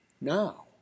now